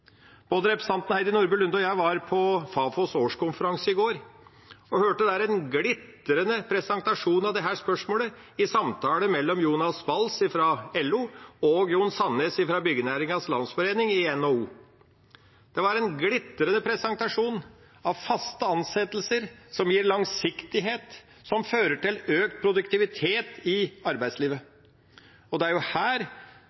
Både representanten Heidi Nordby Lunde og jeg var på Fafos årskonferanse i går og hørte der en glitrende presentasjon av dette spørsmålet i en samtale mellom Jonas Bals fra LO og Jon Sandnes fra Byggenæringens Landsforening i NHO. Det var en glitrende presentasjon av faste ansettelser, som gir langsiktighet, og som fører til økt produktivitet i